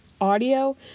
audio